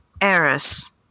Eris